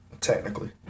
technically